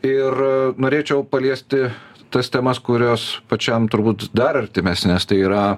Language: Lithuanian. ir norėčiau paliesti tas temas kurios pačiam turbūt dar artimesnės tai yra